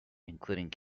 including